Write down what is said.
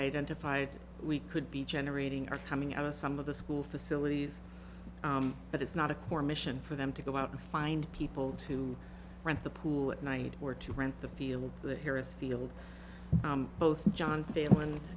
identified we could be generating are coming out of some of the school facilities but it's not a core mission for them to go out and find people to rent the pool at night or to rent the field the harris field both john ta